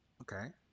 Okay